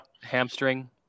hamstring